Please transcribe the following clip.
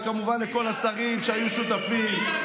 וכמובן לכל השרים שהיו שותפים,